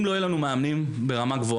אם לא יהיו לנו מאמנים ברמה גבוהה,